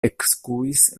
ekskuis